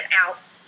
out